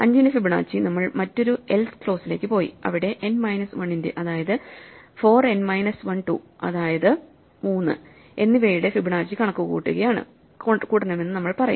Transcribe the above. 5 ന്റെ ഫിബൊനാച്ചി നമ്മൾ മറ്റൊരു else ക്ലോസിലേക്ക് പോയി അവിടെ n മൈനസ് 1 ന്റെ അതായത് 4 n മൈനസ് 2 അതായത് 3 എന്നിവയുടെ ഫിബൊനാച്ചി കണക്കുകൂട്ടണമെന്ന് നമ്മൾ പറയും